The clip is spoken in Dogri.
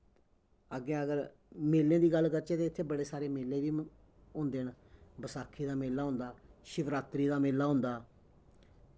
अग्गें अगर मेलें दी गल्ल करचै ते इत्थें बड़े सारे मेले बी होंदे न बसाखी दा मेला होंदा शिवरात्री दा मेला होंदा